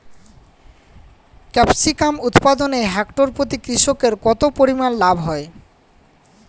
Capsicum উৎপাদনে hectare প্রতি কৃষকের কত পরিমান লাভ হয়?